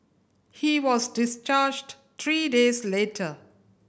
he was discharged three days later